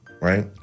right